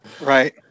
Right